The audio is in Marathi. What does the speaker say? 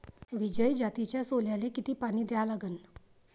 विजय जातीच्या सोल्याले किती पानी द्या लागन?